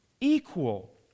equal